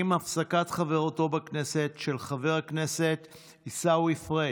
עם הפסקת חברותו בכנסת של חבר הכנסת עיסאווי פריג',